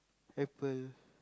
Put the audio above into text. apple